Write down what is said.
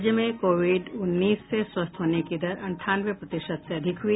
राज्य में कोविड उन्नीस से स्वस्थ होने की दर अंठानवे प्रतिशत से अधिक हुई